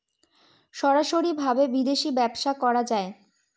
সরাসরি ভাবে বিদেশী ব্যবসা করা যায়